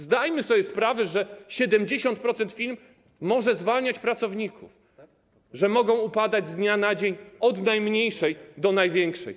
Zdajmy sobie sprawę, że 70% firm może zwalniać pracowników, że mogą upadać z dnia na dzień od najmniejszej do największej.